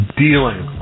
dealing